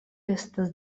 estas